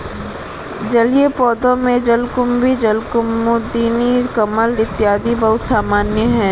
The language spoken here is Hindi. जलीय पौधों में जलकुम्भी, जलकुमुदिनी, कमल इत्यादि बहुत सामान्य है